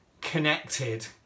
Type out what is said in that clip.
connected